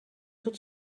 tot